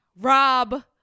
Rob